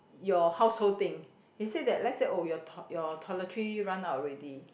your household thing they say that let's say oh your t~ toiletries run out already